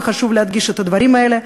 וחשוב להדגיש את הדברים האלה.